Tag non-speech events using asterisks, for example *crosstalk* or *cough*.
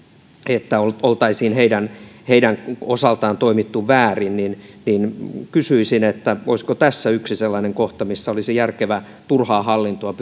että oltaisiin heidän heidän osaltaan toimittu väärin niin niin kysyisin olisiko tässä yksi sellainen kohta missä olisi järkevä turhaa hallintoa *unintelligible*